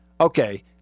Okay